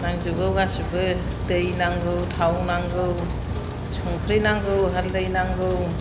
नांजोबगौ गासैबो दै नांगौ थाव नांगौ संख्रै नांगौ हाल्दै नांगौ